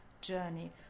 journey